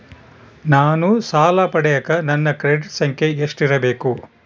ನಾನು ಸಾಲ ಪಡಿಯಕ ನನ್ನ ಕ್ರೆಡಿಟ್ ಸಂಖ್ಯೆ ಎಷ್ಟಿರಬೇಕು?